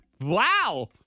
Wow